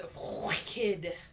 Wicked